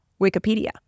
Wikipedia